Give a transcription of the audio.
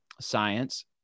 science